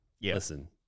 listen